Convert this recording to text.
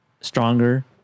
stronger